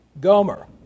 Gomer